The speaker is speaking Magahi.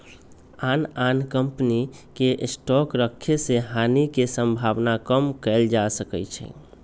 आन आन कम्पनी के स्टॉक रखे से हानि के सम्भावना कम कएल जा सकै छइ